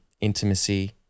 intimacy